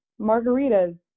margaritas